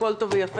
הכול טוב ויפה,